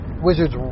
wizards